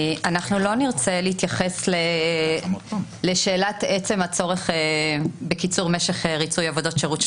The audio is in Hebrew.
אנחנו לא נרצה להתייחס לשאלת עצם הצורך בקיצור משך ריצוי עבודות שירות,